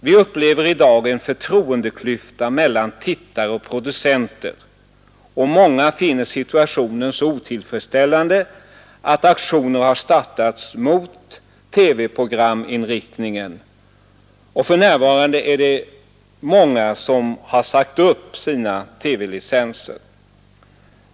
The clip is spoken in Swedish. Vi upplever i dag en förtroendeklyfta mellan tittare och producenter, och många finner situationen så otillfredsställande att aktioner har startats mot TV—programinriktningen. För närvarande är det många som har sagt upp sina TV-licenser.